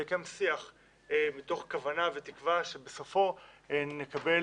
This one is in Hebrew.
וגם שיח מתוך כוונה ותקווה שבסופו נקבל